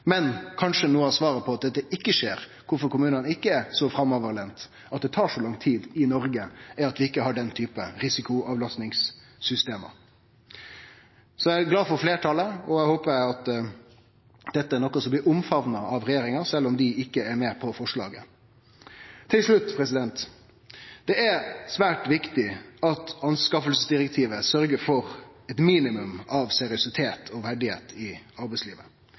Men kanskje noko av svaret på kvifor det ikkje skjer, kvifor kommunane ikkje er så framoverlente, kvifor det tar så lang tid i Noreg, er at vi ikkje har den typen risikoavlastingssystem. Eg er glad for fleirtalet, og eg håpar at dette er noko som blir omfamna av regjeringa, sjølv om dei ikkje er med på forslaget. Til slutt: Det er svært viktig at anskaffingsdirektivet sørgjer for eit minimum av seriøsitet og verdigheit i arbeidslivet.